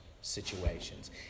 situations